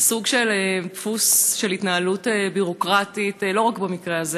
סוג של דפוס של התנהלות ביורוקרטית לא רק במקרה הזה,